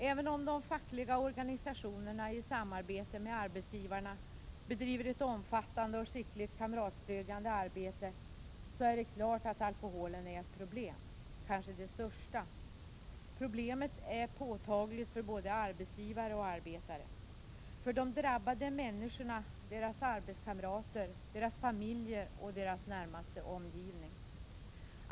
Även om de fackliga organisationerna i samarbete med arbetsgivarna bedriver ett omfattande och skickligt kamratstödjande arbete, är det klart att alkoholen är ett problem, kanske det största. Problemet är påtagligt för arbetsgivare och arbetstagare, samt för de drabbade människorna, deras arbetskamrater, deras familjer och deras närmaste omgivning.